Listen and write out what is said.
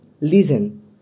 Listen